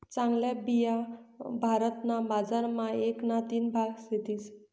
चांगल्या बिया भारत ना बजार मा एक ना तीन भाग सेतीस